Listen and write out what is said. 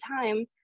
time